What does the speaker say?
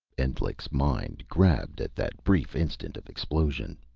endlich's mind grabbed at that brief instant of explosion.